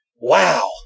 Wow